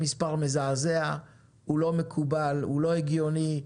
זה מספר מזעזע, לא מקובל ולא הגיוני,